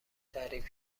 تعریف